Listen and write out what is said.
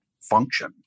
function